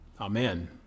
Amen